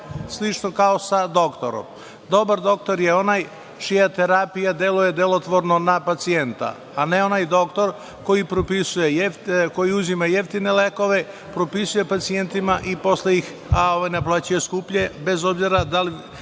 slično kao sa doktorom. Dobar doktor je onaj čija terapija deluje delotvorno na pacijenta, a ne onaj doktor koji uzima jeftine lekove, propisuje pacijentima i posle ih naplaćuje skuplje, bez obzira kakve